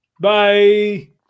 Bye